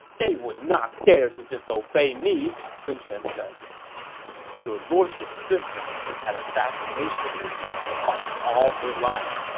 they would not dare to disobey me! sun quan said your lordship's sister has had a fascination with martial arts all her life,